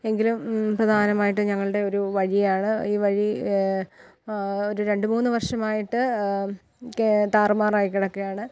എങ്കിലും പ്രധാനമായിട്ടും ഞങ്ങളുടെ ഒരു വഴിയാണ് ഈ വഴി ഒരു രണ്ടു മൂന്നു വർഷമായിട്ട് താറുമാറായി കിടക്കുകയാണ്